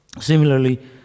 similarly